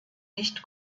nicht